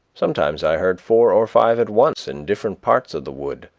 sometimes i heard four or five at once in different parts of the wood,